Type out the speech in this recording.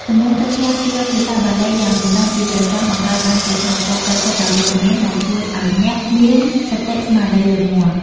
សម្លេងសូត្រធម៌ជាភាសាបាលីយ៉ាងរណ្តំពីព្រះសង្ឃ បង្កើតបានជាថាមពលផ្លូវចិត្តដ៏វិជ្ជមាន ដែលជួយឱ្យអ្នកមានសតិស្មារតីរឹងមាំ។